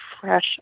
Fresh